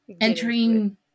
entering